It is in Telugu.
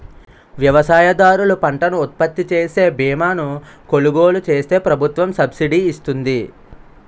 వ్యవసాయదారులు పంటను ఉత్పత్తిచేసే బీమాను కొలుగోలు చేస్తే ప్రభుత్వం సబ్సిడీ ఇస్తుంది